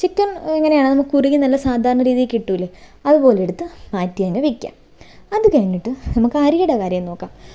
chicken എങ്ങനെയാണോ നമുക്ക് കുറുകി നല്ല സാധാരണ രീതി കിട്ടില്ലേ അതുപോലെ എടുത്ത് മാറ്റി അങ്ങ് വയ്ക്കുക അതു കഴിഞ്ഞിട്ട് നമുക്ക് അരിയുടെ കാര്യം നോക്കാം